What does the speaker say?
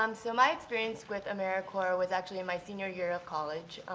um so my experience with americorps was actually in my senior year of college.